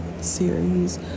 series